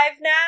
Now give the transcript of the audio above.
now